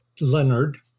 Leonard